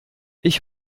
ich